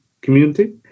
community